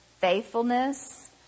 faithfulness